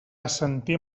assentir